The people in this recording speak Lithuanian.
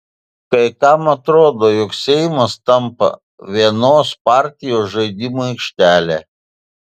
kai kam atrodo jog seimas tampa vienos partijos žaidimų aikštele